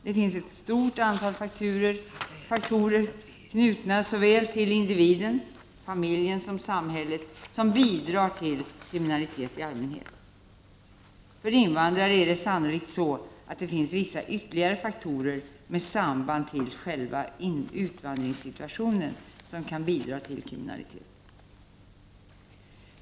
Det finns ett stort antal faktorer, knutna till såväl individen, familjen som samhället, som bidrar till kriminalitet i allmänhet. För invandrare är det sannolikt så, att det finns vissa ytterligare faktorer med samband till själva utvandringssituationen som kan bidra till kriminalitet.